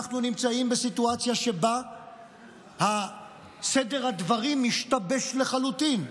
אנחנו נמצאים בסיטואציה שבה סדר הדברים השתבש לחלוטין.